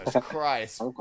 Christ